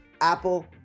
Apple